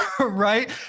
Right